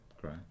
great